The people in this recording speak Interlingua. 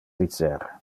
dicer